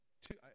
two